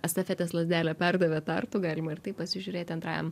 estafetės lazdelę perdavė tartu galima ir taip pasižiūrėti antrajam